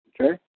Okay